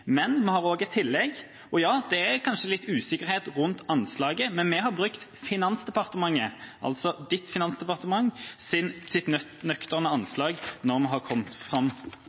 men vi har også et tillegg. Det er kanskje litt usikkerhet rundt anslaget, men vi har brukt Finansdepartementets nøkterne anslag, altså Trelleviks finansdepartement, når vi har kommet fram til det vi har lagt fram